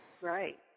right